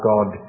God